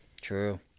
True